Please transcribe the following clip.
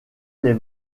les